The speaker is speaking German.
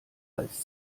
als